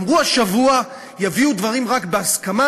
אמרו השבוע: יביאו דברים רק בהסכמה,